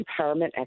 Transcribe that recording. Empowerment